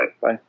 Bye